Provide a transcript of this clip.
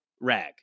rag